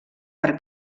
per